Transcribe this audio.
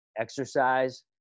Exercise